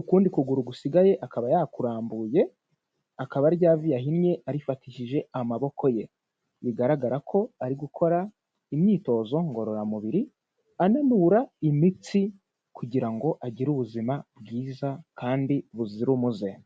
ukundi kuguru gusigaye akaba yakurambuye, akaba rya vi yahinnye arifatishije amaboko ye, bigaragara ko ari gukora imyitozo ngororamubiri, ananura imitsi kugira ngo agire ubuzima bwiza kandi buzira umuze.